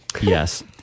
Yes